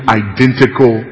identical